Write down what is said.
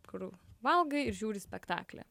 kur valgai ir žiūri spektaklį